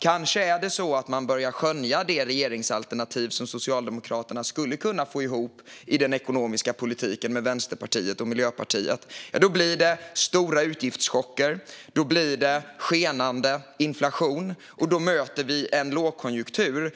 Kanske börjar man skönja det regeringsalternativ som Socialdemokraterna skulle kunna få ihop med Vänsterpartiet och Miljöpartiet i den ekonomiska politiken. Då blir det stora utgiftschocker och skenande inflation, och då möter vi en lågkonjunktur